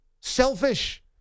selfish